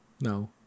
No